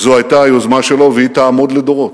זו היתה היוזמה שלו, והיא תעמוד לדורות.